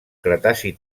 cretaci